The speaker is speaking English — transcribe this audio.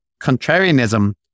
contrarianism